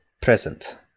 present